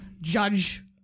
judge